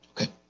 Okay